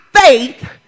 faith